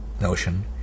notion